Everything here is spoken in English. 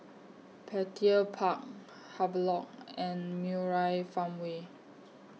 Petir Park Havelock and Murai Farmway